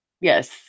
Yes